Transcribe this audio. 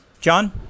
John